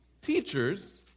Teachers